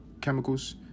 Chemicals